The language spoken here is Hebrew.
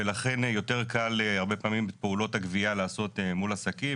ולכן יותר קל הרבה פעמים את פעולות הגבייה לעשות מול עסקים,